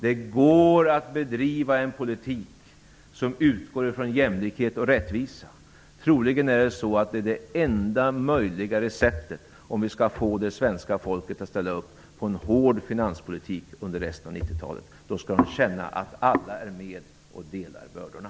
Det går att bedriva en politik som utgår från jämlikhet och rättvisa. Troligen är detta det enda möjliga receptet. För att vi skall få det svenska folket att ställa upp på en hård finanspolitik under resten av 90-talet måste människorna känna att alla är med och delar bördorna.